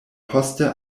poste